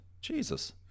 Jesus